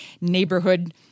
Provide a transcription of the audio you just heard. neighborhood